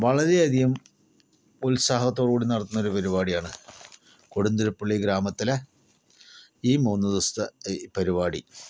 വളരെയധികം ഉത്സാഹത്തോടുകൂടി നടത്തുന്ന ഒരു പരിപാടിയാണ് കൊടുന്തുരപ്പള്ളി ഗ്രാമത്തിലെ ഈ മൂന്ന് ദിവസത്തെ ഈ പരിപാടി